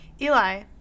Eli